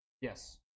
Yes